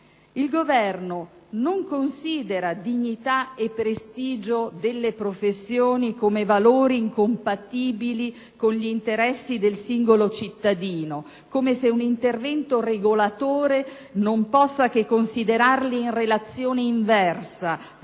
Il Governo non considera dignità e prestigio delle professioni come valori incompatibili con gli interessi del singolo cittadino, come se un intervento regolatore non possa che considerarli in relazione inversa